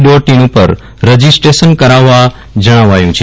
dot in ઉપર registration કરાવવા જણાવાયુ છે